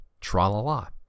Tralala